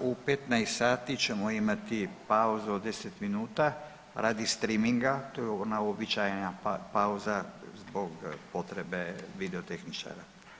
u 15 sati ćemo imati pauzu od 10 minuta radi streaminga, to je ona uobičajena pauza zbog potrebe video tehničara.